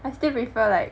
I still prefer like